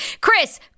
Chris